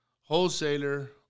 wholesaler